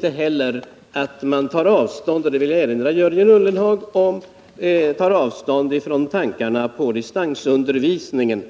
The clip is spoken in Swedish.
Detta betyder inte — det vill jag påpeka för Jörgen Ullenhag — att man tar avstånd från tankarna på distansundervisning.